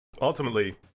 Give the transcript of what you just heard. ultimately